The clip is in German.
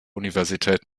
universität